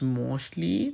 mostly